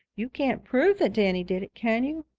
you can't prove that danny did it, can you?